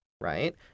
right